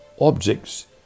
objects